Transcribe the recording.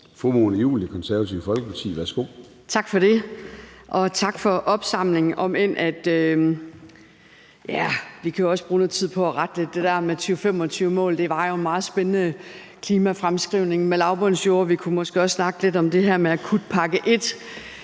Mona Juul, Det Konservative Folkeparti. Værsgo. Kl. 01:42 Mona Juul (KF): Tak for det. Og tak for opsamlingen, om end vi jo også kan bruge noget tid på at rette lidt. Det der med 2025-mål var jo en meget spændende klimafremskrivning med lavbundsjorder. Og vi kunne måske også snakke lidt om det her med akutpakke 1.